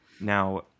Now